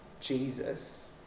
Jesus